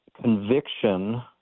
conviction